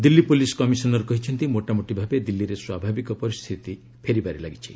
Delhi police commissioner କହିଛନ୍ତି ମୋଟାମୋଟି ଭାବେ ଦିଲ୍ଲୀରେ ସ୍ୱାଭାବିକ ପରିସ୍ଥିତି ଫେରିବାରେ ଲାଗିଛି